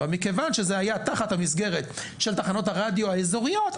מכיוון שזה היה תחת המסגרת של תחנות הרדיו האזוריות,